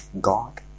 God